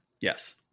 Yes